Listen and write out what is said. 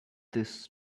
this